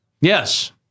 Yes